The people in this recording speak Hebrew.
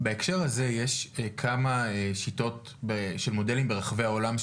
בהקשר הזה יש כמה שיטות של מודלים ברחבי העולם,